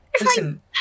Listen